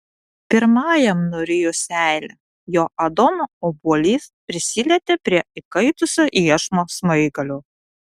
pirmajam nurijus seilę jo adomo obuolys prisilietė prie įkaitusio iešmo smaigalio